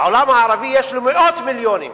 בעולם הערבי יש לו מאות מיליונים,